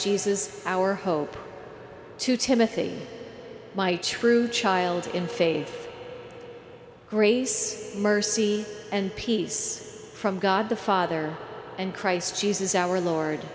jesus our hope to timothy my true child in faith grace mercy and peace from god the father and christ jesus our lord